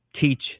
teach